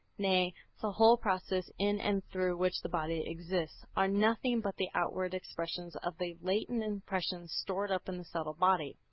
nay, the so whole process in and through which the body exists, are nothing but the outward expressions of the latent impressions stored up in the subtle body.